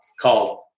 called